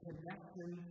Connection